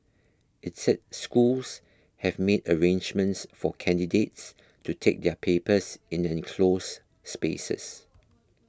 it said schools have made arrangements for candidates to take their papers in enclosed spaces